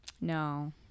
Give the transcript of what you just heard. no